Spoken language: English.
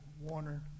Warner